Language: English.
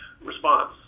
response